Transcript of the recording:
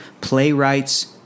playwrights